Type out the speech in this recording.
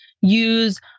use